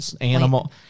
animal